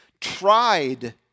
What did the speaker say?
tried